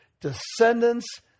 descendants